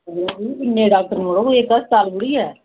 इन्ने डाक्टर मड़ो कोई इक अस्पताल थोड़ी ऐ